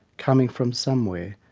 coming from somewhere,